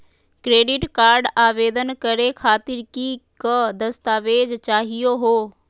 Credit card आवेदन करे खातीर कि क दस्तावेज चाहीयो हो?